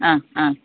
ആ ആ